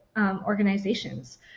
organizations